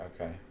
Okay